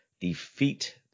defeat